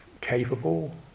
capable